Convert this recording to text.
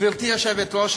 גברתי היושבת-ראש,